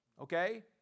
Okay